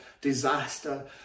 disaster